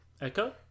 Echo